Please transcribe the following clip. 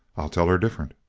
i'll tell her different.